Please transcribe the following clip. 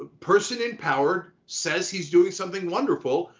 ah person in power says he's doing something wonderful.